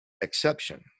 exception